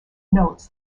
notes